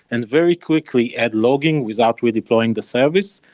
and very quickly at logging without redeploying the service,